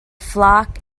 flock